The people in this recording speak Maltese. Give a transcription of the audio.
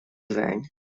gvern